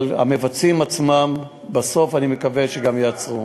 אבל המבצעים עצמם, בסוף אני מקווה שהם גם ייעצרו.